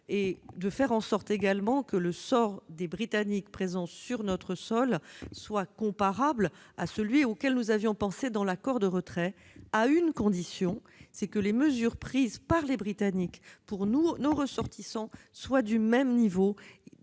également en sorte que le sort des Britanniques présents sur notre sol soit comparable à celui auquel nous avons pensé dans l'accord de retrait, à une condition, c'est que les mesures prises par les Britanniques, pour nos ressortissants, soient du même niveau.